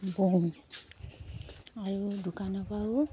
বওঁ আৰু দোকানৰ পৰাও